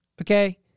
okay